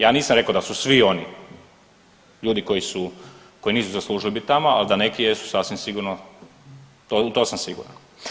Ja nisam rekao da su svi oni ljudi koji su, koji nisu zaslužili biti tamo, ali da neki jesu sasvim sigurno, u to sam siguran.